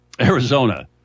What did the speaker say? Arizona